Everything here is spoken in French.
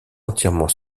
entièrement